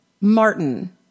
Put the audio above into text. Martin